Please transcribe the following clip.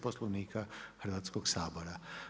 Poslovnika Hrvatskog sabora.